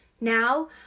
Now